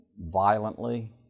violently